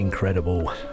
incredible